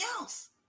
else